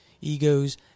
egos